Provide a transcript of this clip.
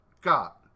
got